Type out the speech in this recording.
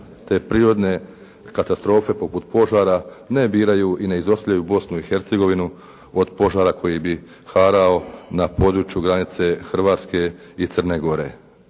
te prirodne katastrofe poput požara ne biraju i ne izostavljaju Bosnu i Hercegovinu od požara koji bi harao na području granice Hrvatske i Crne Gore.